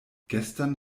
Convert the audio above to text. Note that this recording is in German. gestern